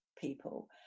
people